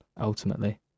ultimately